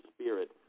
spirit